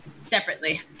separately